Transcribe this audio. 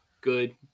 good